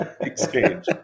exchange